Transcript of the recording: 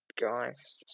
guys